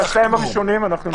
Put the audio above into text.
בשניים הראשונים נעשה משהו.